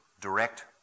direct